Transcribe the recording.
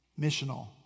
Missional